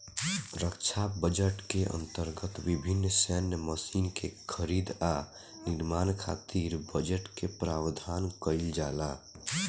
रक्षा budget के अंतर्गत विभिन्न सैन्य मशीन के खरीद आ निर्माण खातिर बजट के प्रावधान काईल जाला